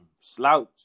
slouch